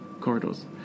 Corridors